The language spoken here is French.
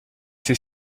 ses